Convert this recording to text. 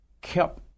kept